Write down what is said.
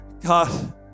god